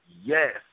yes